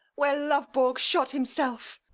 where lovborg shot himself.